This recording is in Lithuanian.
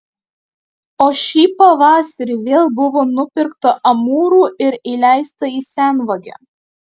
o šį pavasarį vėl buvo nupirkta amūrų ir įleista į senvagę